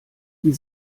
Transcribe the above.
die